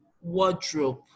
wardrobe